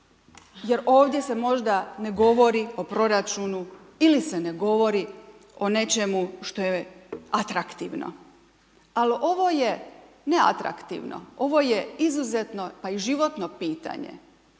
jer ovdje se možda ne govori o proračunu ili se ne govori o nečemu što je atraktivno, al ovo je neatraktivno, ovo je izuzetno pa i životno pitanje.